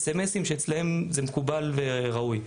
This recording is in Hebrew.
אס.אמ.אסים שאצלם זה מקובל וראוי.